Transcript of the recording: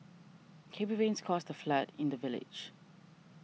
heavy rains caused a flood in the village